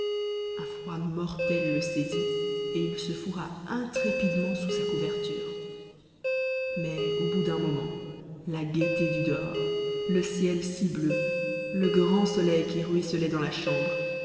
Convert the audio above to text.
un froid mortel le saisit et il se fourra intrépidement sous sa couverture mais au bout d'un moment la gaieté du dehors le ciel si bleu le grand soleil qui ruisselait dans la chambre